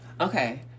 Okay